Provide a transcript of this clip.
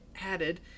added